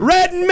Red